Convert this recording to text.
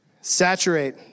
Saturate